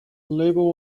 label